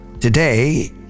Today